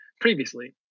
previously